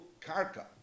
karka